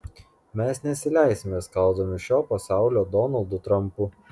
mes nesileisime skaldomi šio pasaulio donaldų trampų